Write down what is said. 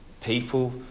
People